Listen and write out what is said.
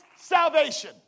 Salvation